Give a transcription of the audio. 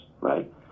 right